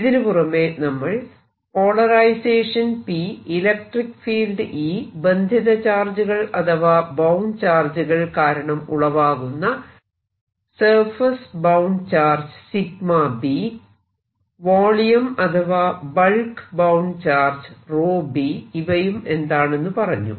ഇതിനു പുറമെ നമ്മൾ polarisation P electric field E ബന്ധിത ചാർജുകൾ അഥവാ ബൌണ്ട് ചാർജുകൾ കാരണം ഉളവാകുന്ന surface bound charge b volume അഥവാ ബൾക്ക് ബൌണ്ട് ചാർജ് b ഇവയും എന്താണെന്ന് പറഞ്ഞു